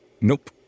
Nope